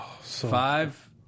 Five